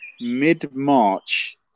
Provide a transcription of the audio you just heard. mid-March